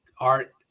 art